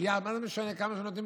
לא משנה כמה שנותנים.